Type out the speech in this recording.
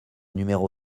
numéro